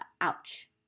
Ouch